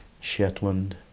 shetland